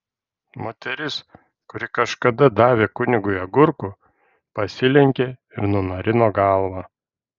moteris kuri kažkada davė kunigui agurkų pasilenkė ir nunarino galvą